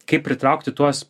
kaip pritraukti tuos